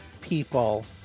people